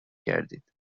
کردید